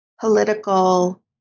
political